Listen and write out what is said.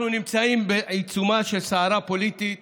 אנחנו נמצאים בעיצומה של סערה פוליטית